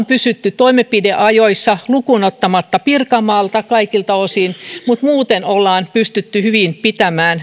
pysytty toimenpideajoissa lukuun ottamatta pirkanmaata joiltakin osin muuten olemme pystyneet hyvin pitämään